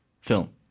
film